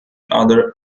other